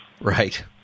Right